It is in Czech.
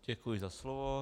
Děkuji za slovo.